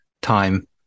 time